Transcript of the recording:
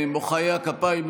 מוחאי הכפיים,